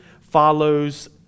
follows